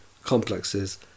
complexes